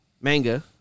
manga